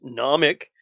Nomic